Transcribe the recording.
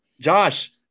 Josh